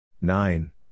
Nine